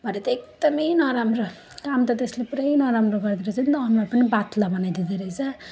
भरे त एकदमै नराम्रो काम त त्यसले पुरै नराम्रो गर्दोरहेछ नि त अनुहार पनि पातला बनाइदिँदो रहेछ